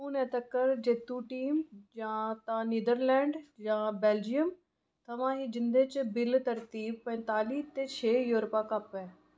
हुनै तक्कर जेत्तू टीम जां तां नीदरलैंड जां बेल्जियम थमां ही जिं'दे च बिल तरतीब पंजताली ते छे यूरोप कप ऐ